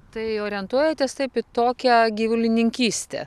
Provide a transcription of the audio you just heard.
tai orientuojatės taip į tokią gyvulininkystę